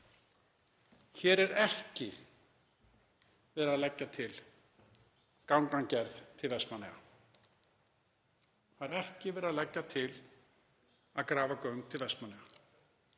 Hér er ekki verið að leggja til gangagerð til Vestmannaeyja. Það er ekki verið að leggja til að grafa göng til Vestmannaeyja.